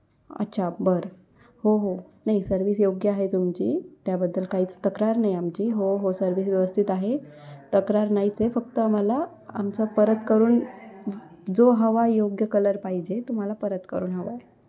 अच्छा बरं हो हो नाही सर्विस योग्य आहे तुमची त्याबद्दल काहीच तक्रार नाही आमची हो हो सर्विस व्यवस्थित आहे तक्रार नाही ते फक्त आम्हाला आमचं परत करून जो हवा योग्य कलर पाहिजे तो मला परत करून हवा आहे